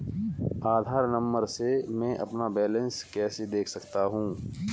आधार number से मैं अपना बैलेंस कैसे देख सकता हूँ?